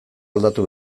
aldatu